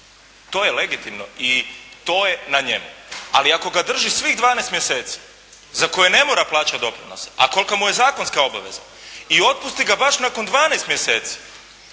to je legitimno i to je na njemu. Ali ako ga drži svih 12 mjeseci za koje ne mora plaćati doprinose, a kolika mu je zakonska obaveza i otpusti ga baš nakon 12 mjeseci